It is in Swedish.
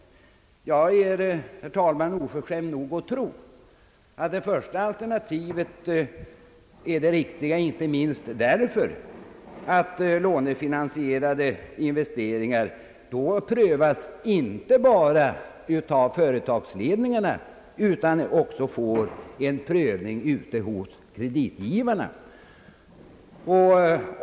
Jag är, herr talman, oförskämd nog att tro att det första alternativet är riktigast, inte minst därför att lånefinansierade investeringar i det fallet prövas inte bara av företagsledningarna utan också av kreditgivarna.